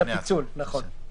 את הפיצול, נכון.